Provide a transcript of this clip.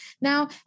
Now